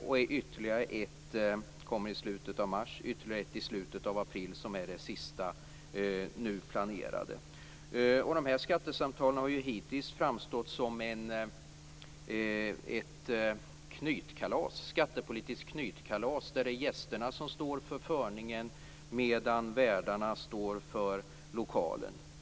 Ett möte äger rum i slutet av mars och ytterligare ett i slutet av april, som är det sista nu planerade mötet. Skattesamtalen har ju hittills framstått som ett skattepolitiskt knytkalas där det är gästerna som står för förningen, medan värdarna står för lokalen.